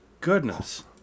Goodness